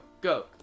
go